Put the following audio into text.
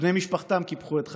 בני משפחתם קיפחו את חייהם,